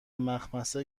مخمصه